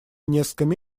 несколько